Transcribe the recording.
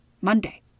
Monday